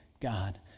God